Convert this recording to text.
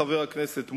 חבר הכנסת מולה,